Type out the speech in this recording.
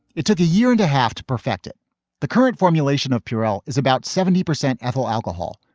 it took a year and a half to perfected the current formulation of pure oil is about seventy percent ethyl alcohol,